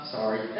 Sorry